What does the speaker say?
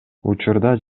учурда